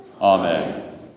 Amen